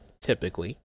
typically